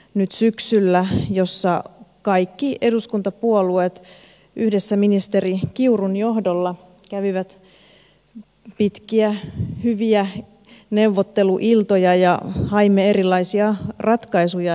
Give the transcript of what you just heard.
nyt syksyllä hän jos jossa kaikki eduskuntapuolueet yhdessä ministeri kiurun johdolla kävivät pitkiä hyviä neuvotteluiltoja ja haimme erilaisia ratkaisuja